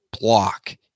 block